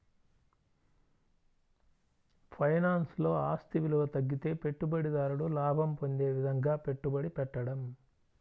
ఫైనాన్స్లో, ఆస్తి విలువ తగ్గితే పెట్టుబడిదారుడు లాభం పొందే విధంగా పెట్టుబడి పెట్టడం